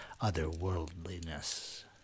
otherworldliness